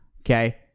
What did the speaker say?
Okay